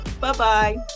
Bye-bye